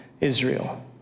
Israel